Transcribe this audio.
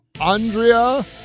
Andrea